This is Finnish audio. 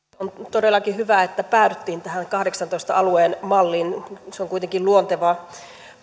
todellakin hyvä että päädyttiin tähän kahdeksaantoista alueen malliin se on kuitenkin luonteva